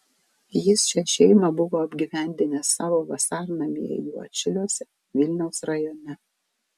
jis šią šeimą buvo apgyvendinęs savo vasarnamyje juodšiliuose vilniaus rajone